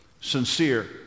sincere